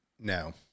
No